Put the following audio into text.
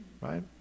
right